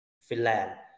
Finland